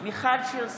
מיכל שיר סגמן,